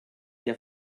der